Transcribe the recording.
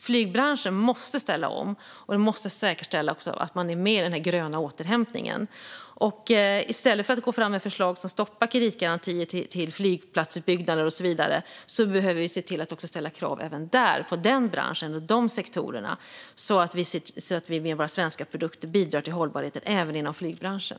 Flygbranschen måste ställa om och måste säkerställa att den är med i den gröna återhämtningen. I stället för att gå fram med förslag som stoppar kreditgarantier till flygplatsutbyggnader och så vidare behöver vi se till att ställa krav även på den branschen och de sektorerna så att vi med våra svenska produkter bidrar till hållbarheten även inom flygbranschen.